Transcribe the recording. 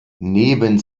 neben